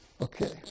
Okay